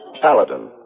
Paladin